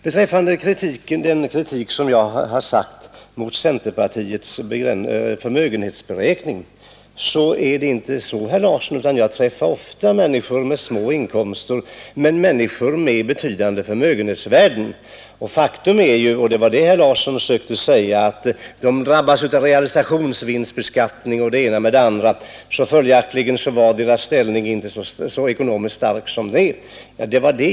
Beträffande den kritik som jag har riktat mot centerpartiets förmögenhetsberäkning vill jag framhålla, herr Larsson, att jag ofta träffar människor med små inkomster men med betydande förmögenhetsvärden. Herr Larsson sökte göra gällande att de drabbas av realisationsvinstbeskattning och det ena med det andra, och följaktligen var deras ekonomiska ställning inte så stark.